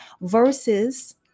versus